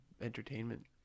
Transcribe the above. entertainment